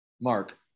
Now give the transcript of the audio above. Mark